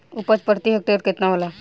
उपज प्रति हेक्टेयर केतना होला?